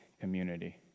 community